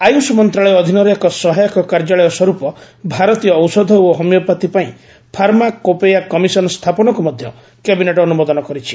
ଆୟୁଷ ମନ୍ତ୍ରଣାଳୟ ଅଧୀନରେ ଏକ ସହାୟକ କାର୍ଯ୍ୟାଳୟ ସ୍ୱରୂପ ଭାରତୀୟ ଔଷଧ ଓ ହୋମିଓପାଥି ପାଇଁ ଫାର୍ମା କୋପେୟା କମିଶନ ସ୍ଥାପନକୁ ମଧ୍ୟ କ୍ୟାବିନେଟ୍ ଅନୁମୋଦନ କରିଛି